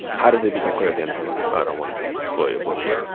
how did it become clear at the end of her life? i don't want to spoil your book but.